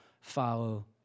follow